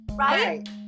right